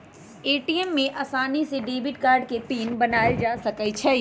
ATM में आसानी से डेबिट कार्ड के पिन बनायल जा सकई छई